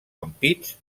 ampits